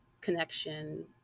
connection